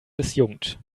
disjunkt